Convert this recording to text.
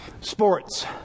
sports